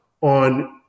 on